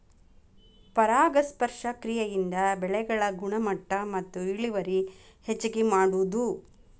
ಪರಾಗಸ್ಪರ್ಶ ಕ್ರಿಯೆಯಿಂದ ಬೆಳೆಗಳ ಗುಣಮಟ್ಟ ಮತ್ತ ಇಳುವರಿ ಹೆಚಗಿ ಮಾಡುದು